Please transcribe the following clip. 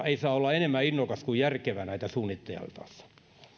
ei saa olla enemmän innokas kuin järkevä näitä suunniteltaessa